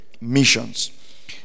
missions